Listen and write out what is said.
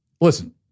listen